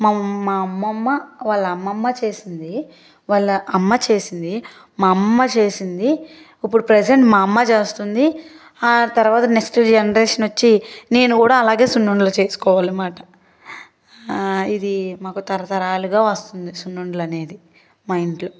మా మా అమ్మమ్మ వాళ్ళ అమ్మమ్మ చేసింది వాళ్ళ అమ్మ చేసింది మా అమ్మమ్మ చేసింది ఇప్పుడు ప్రెసెంట్ మా అమ్మ చేస్తుంది ఆ తర్వాత నెక్స్ట్ జెనరేషన్ వచ్చి నేను కూడా అలాగే సున్నుండలు చేసుకోవాలనమాట ఇది మాకు తరతరాలుగా వస్తుంది సున్నుండలు అనేది మా ఇంట్లో